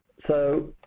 so